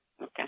Okay